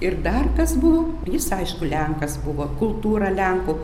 ir dar kas buvo jis aišku lenkas buvo kultūra lenkų